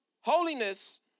Holiness